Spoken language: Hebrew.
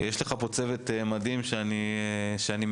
יש לך פה צוות מדהים שאני מכיר.